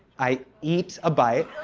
i eat a bite,